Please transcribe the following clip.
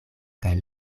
kaj